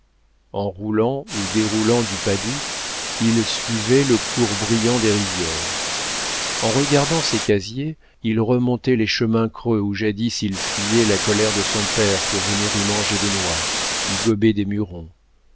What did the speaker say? en roulant ou déroulant du padoux il suivait le cours brillant des rivières en regardant ses casiers il remontait les chemins creux où jadis il fuyait la colère de son père pour venir y manger des noix y gober des mûrons